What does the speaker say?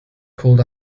called